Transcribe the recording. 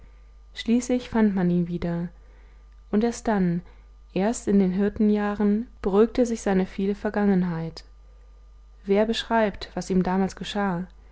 schließlich fand man ihn wieder und erst dann erst in den hirtenjahren beruhigte sich seine viele vergangenheit wer beschreibt was ihm damals geschah